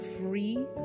free